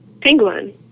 Penguin